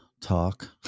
talk